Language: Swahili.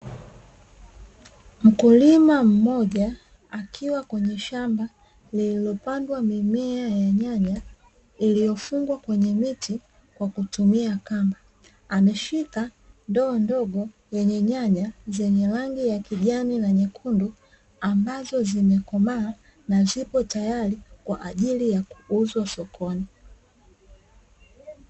Mkulima mmoja akiwa kwenye shamba lililopandwa mimea ya nyanya iliyofungwa kwenye miti kwa kutumia kamba. Ameshika ndoo ndogo yenye nyanya zenye rangi ya kijani na nyekundu ambazo zimekomaa na zipo tayari kwa ajili ya kuuzwa sokoni.